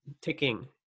ticking